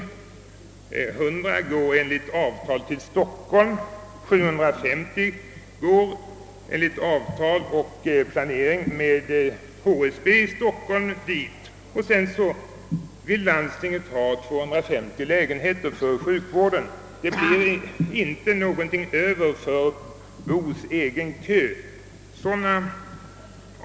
Enligt avtal går 100 till Stockholm, och det går också 750 enligt avtal och planering till HSB i Stockholm. Dessutom vill landstinget ha 250 lägenheter för sjukvården. Härigenom blir det inte någonting över för Boos egen kö.